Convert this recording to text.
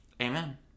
Amen